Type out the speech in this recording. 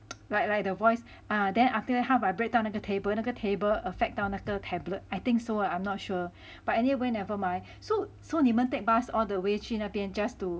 like like the voice ah then after that 他 vibrate 到那个 table 那个 table affect 到那个 tablet I think so I'm not sure but anyway never mind so so 你们 take bus all the way 去那边 just to